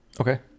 Okay